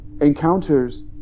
encounters